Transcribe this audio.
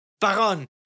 Baron